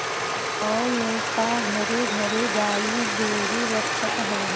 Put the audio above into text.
गांव में तअ घरे घरे गाई गोरु रखत हवे